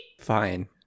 Fine